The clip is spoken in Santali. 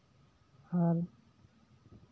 ᱟᱨ